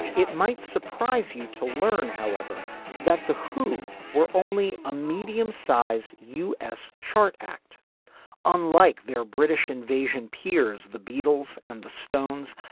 it might surprise you to learn however that the two were only a medium size u s. chart act unlike their british invasion peers the beatles and the stones.